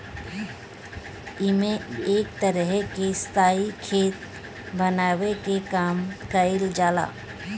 एमे एक तरह के स्थाई खेत बनावे के काम कईल जाला